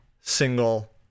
single